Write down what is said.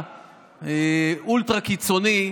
האולטרה-קיצוני,